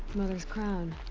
mother's crown.